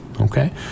okay